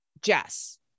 jess